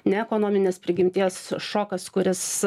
ne ekonominės prigimties šokas kuris